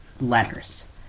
letters